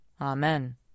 Amen